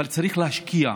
צריך להשקיע.